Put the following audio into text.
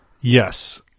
Yes